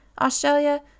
Australia